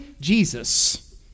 Jesus